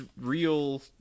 real